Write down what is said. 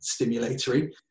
stimulatory